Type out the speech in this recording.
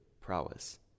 prowess